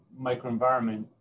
microenvironment